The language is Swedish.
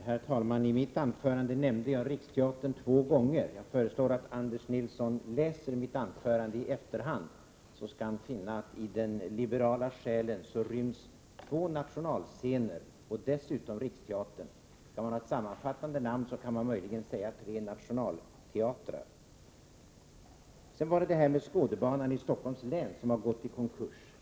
Herr talman! I mitt anförande nämnde jag Riksteatern två gånger. Jag föreslår att Anders Nilsson i efterhand läser mitt anförande, så skall han finna att det i den liberala själen ryms två nationalscener och dessutom Riksteatern. Skall man ha ett sammanfattande namn kan man möjligen säga tre nationalteatrar. Så till Skådebanan i Stockholms län, som har gått i konkurs.